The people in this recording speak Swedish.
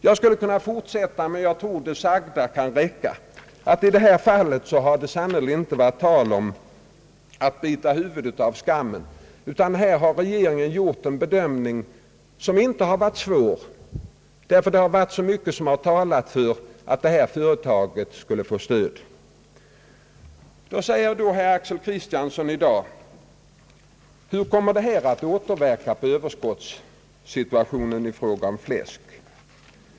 Jag skulle kunna fortsätta, men jag tror att det sagda kan räcka: I detta fall har det sannerligen inte varit tal om att bita huvudet av skammen, utan regeringen har gjort en bedömning, som inte varit svår därför att så mycket har talat för att detta företag skulle få stöd. Herr Axel Kristiansson frågar i dag hur detta kommer att återverka på överskottssituationen i fråga om fläsk.